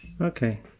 okay